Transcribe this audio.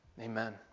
Amen